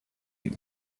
you